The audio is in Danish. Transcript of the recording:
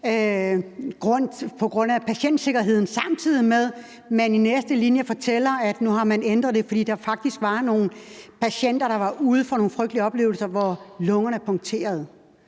hensyn til patientsikkerheden, samtidig med at man i næste sætning fortæller, at nu har man ændret det, fordi der faktisk var nogle patienter, der var ude for nogle frygtelige oplevelser, hvor lungerne punkterede.